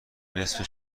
نصف